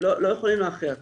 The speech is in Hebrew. לא יכולים להכריע כך.